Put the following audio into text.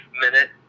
minute